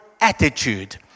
attitude